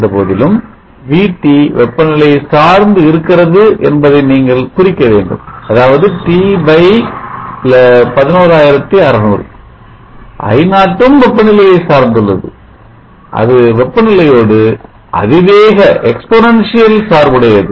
இருந்தபோதிலும் VT வெப்ப நிலையைச் சார்ந்து இருக்கிறது என்பதை நீங்கள் குறிக்க வேண்டும் அதாவது T11600 I0 ம் வெப்பநிலையை சார்ந்துள்ளது அது வெப்ப நிலையோடு அதிவேக சார்புடையது